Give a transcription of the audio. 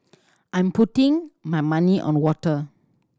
I'm putting my money on water